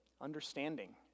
Understanding